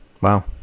wow